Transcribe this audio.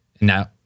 Now